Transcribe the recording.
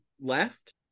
left